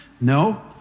No